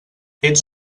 ets